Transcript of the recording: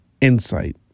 insight